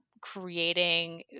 creating